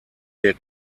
der